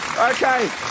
Okay